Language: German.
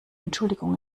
entschuldigung